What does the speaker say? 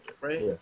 right